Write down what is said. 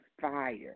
fire